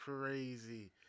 crazy